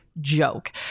joke